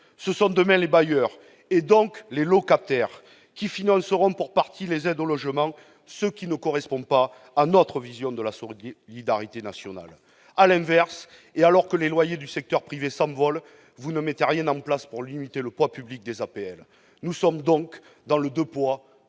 ce sont les bailleurs, donc les locataires, qui financeront pour partie les aides au logement, ce qui ne correspond pas à notre vision de la solidarité nationale. À l'inverse, et alors que les loyers du secteur privé s'envolent, vous ne faites rien pour limiter le poids public des APL. Deux poids, deux